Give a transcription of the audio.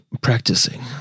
practicing